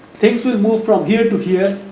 ticks with move from here to here,